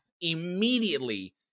immediately